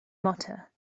mutter